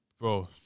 Bro